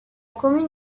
commune